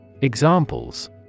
Examples